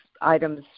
items